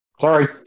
sorry